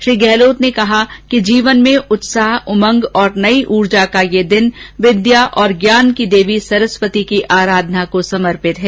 श्री गहलोत ने कहा कि जीवन में उत्साह उमंग और नई ऊर्जा का यह दिन विद्या और ज्ञान की देवी सरस्वती की आराधना को समर्पित है